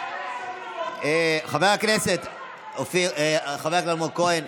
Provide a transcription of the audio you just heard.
חבר הכנסת אלמוג כהן,